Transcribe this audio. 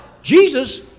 Jesus